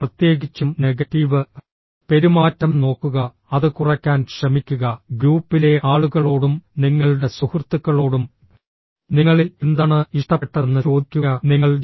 പ്രത്യേകിച്ചും നെഗറ്റീവ് പെരുമാറ്റം നോക്കുക അത് കുറയ്ക്കാൻ ശ്രമിക്കുക ഗ്രൂപ്പിലെ ആളുകളോടും നിങ്ങളുടെ സുഹൃത്തുക്കളോടും നിങ്ങളിൽ എന്താണ് ഇഷ്ടപ്പെട്ടതെന്ന് ചോദിക്കുക നിങ്ങൾ ജി